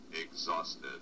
exhausted